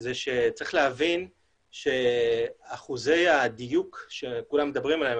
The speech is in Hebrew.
זה שצריך להבין שאחוזי הדיוק שכולם מדברים עליהם,